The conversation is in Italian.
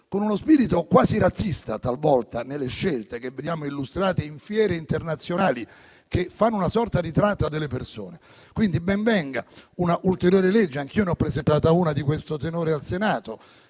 con uno spirito talvolta quasi razzista nelle scelte che vediamo illustrate in fiere internazionali, che fanno una sorta di tratta delle persone. Ben venga, quindi, un'ulteriore legge - anch'io ne ho presentata una di questo tenore al Senato